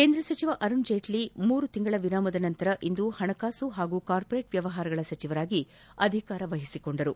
ಕೇಂದ್ರ ಸಚಿವ ಅರುಣ್ ಜೇಟ್ಷ ಮೂರು ತಿಂಗಳ ವಿರಾಮದ ನಂತರ ಇಂದು ಹಣಕಾಸು ಹಾಗೂ ಕಾರ್ಮೋರೇಟ್ ವ್ನಮಹಾರಗಳ ಸಚಿವರಾಗಿ ಅಧಿಕಾರ ವಹಿಸಿಕೊಂಡರು